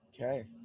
Okay